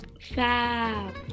Fab